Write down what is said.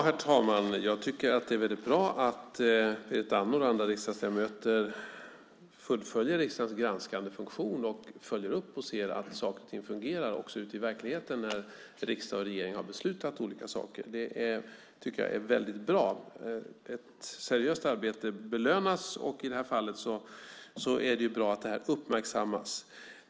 Herr talman! Jag tycker att det är väldigt bra att Berit Andnor och andra riksdagsledamöter fullföljer riksdagens granskande funktion och följer upp och ser att saker och ting fungerar också ute i verkligheten när riksdag och regering har beslutat olika saker. Det är, tycker jag, väldigt bra. Ett seriöst arbete belönas, och i det här fallet är det bra att det här uppmärksammas.